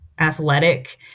athletic